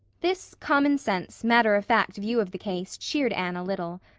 this commonsense, matter-of-fact view of the case cheered anne a little.